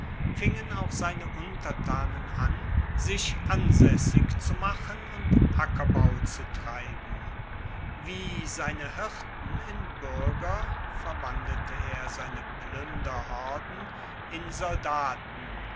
fingen auch seine untertanen an sich ansaessig zu machen und ackerbau zu treiben wie seine hirten in buerger verwandelte er seine plunderhorden in soldaten